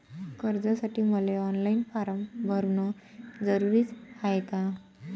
कर्जासाठी मले online form भरन जरुरीच हाय का?